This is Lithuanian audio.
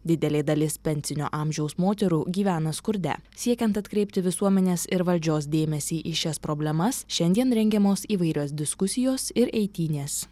didelė dalis pensinio amžiaus moterų gyvena skurde siekiant atkreipti visuomenės ir valdžios dėmesį į šias problemas šiandien rengiamos įvairios diskusijos ir eitynės